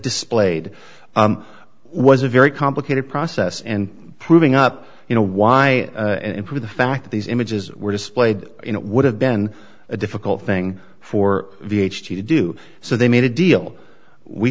displayed was a very complicated process and proving up you know why the fact that these images were displayed in it would have been a difficult thing for v h d to do so they made a deal we